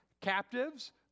captives